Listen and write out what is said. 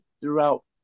throughout